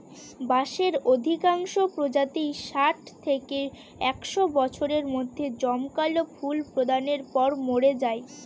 বাঁশের অধিকাংশ প্রজাতিই ষাট থেকে একশ বছরের মধ্যে জমকালো ফুল প্রদানের পর মরে যায়